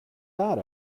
that